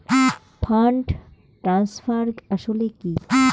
Fund transfer আসলে কী?